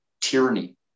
tyranny